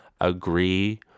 agree